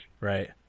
right